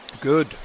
Good